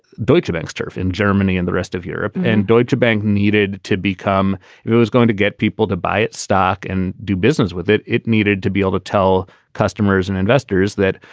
deutschebank turf in germany and the rest of europe. and deutsche bank needed to become who was going to get people to buy its stock and do business with it. it needed to be able to tell customers and investors that,